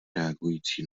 reagující